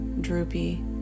droopy